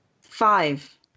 Five